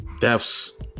deaths